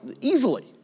Easily